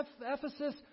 Ephesus